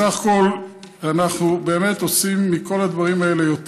סך הכול אנחנו באמת עושים מכל הדברים האלה יותר,